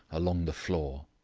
along the floor.